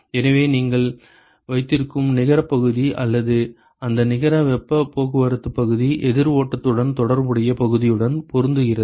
எனவே நீங்கள் வைத்திருக்கும் நிகரப் பகுதி அல்லது அந்த நிகர வெப்பப் போக்குவரத்துப் பகுதி எதிர் ஓட்டத்துடன் தொடர்புடைய பகுதியுடன் பொருந்துகிறது